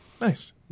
Nice